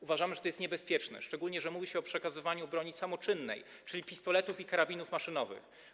Uważamy, że jest to niebezpieczne, szczególnie że mówi się o przekazywaniu broni samoczynnej, czyli pistoletów i karabinów maszynowych.